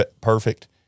perfect